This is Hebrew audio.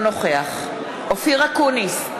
אינו נוכח אופיר אקוניס,